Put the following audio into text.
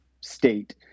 state